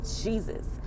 jesus